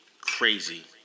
crazy